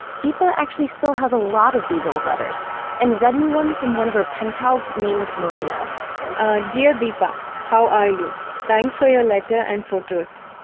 deepa actually still has a lot of these old letters and read me one from one of her pen pals named marina ah dear deepa, how are you? thanks for your letter and photos.